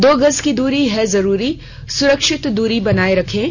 दो गज की दूरी है जरूरी सुरक्षित दूरी बनाए रखें